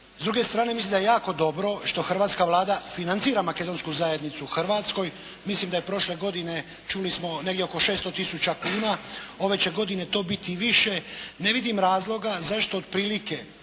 S druge strane, mislim da je jako dobro što hrvatska Vlada financira makedonsku zajednicu u Hrvatskoj. Mislim da je prošle godine čuli smo, negdje oko 600 000 kuna. Ove će godine to biti i više. Ne vidim razloga zašto otprilike